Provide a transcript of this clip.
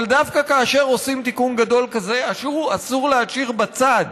אבל דווקא כאשר עושים תיקון גדול כזה אסור להשאיר בצד,